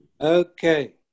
okay